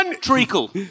Treacle